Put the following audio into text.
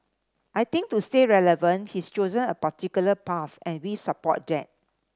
I think to stay relevant he's chosen a particular path and we support that